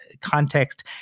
context